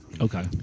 Okay